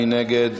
מי נגד?